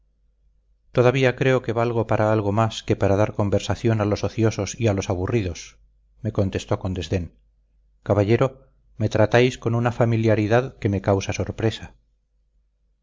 todavía creo que valgo para algo más que para dar conversación a los ociosos y a los aburridos me contestó con desdén caballero me tratáis con una familiaridad que me causa sorpresa